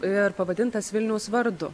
ir pavadintas vilniaus vardu